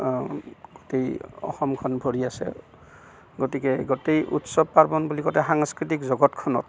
গোটেই অসমখন ভৰি আছে গতিকে গোটেই উৎসৱ পাৰ্বণ বুলি কওঁতে সাংস্কৃতিক জগতখনত